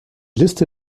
liste